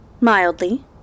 Mildly